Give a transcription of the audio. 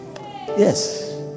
Yes